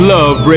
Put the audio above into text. Love